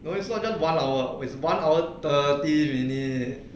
no it's not just one hour it was one hour thirty minutes